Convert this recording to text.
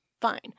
fine